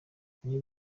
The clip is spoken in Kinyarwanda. niba